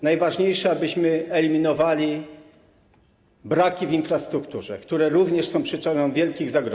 Najważniejsze, abyśmy eliminowali braki w infrastrukturze, które również są przyczyną wielkich zagrożeń.